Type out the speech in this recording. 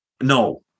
No